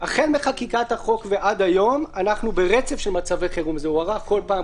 החל מחקיקת החוק ועד היום אנחנו ברצף של מצבי חירום שהוארכו בכל פעם.